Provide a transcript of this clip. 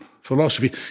philosophy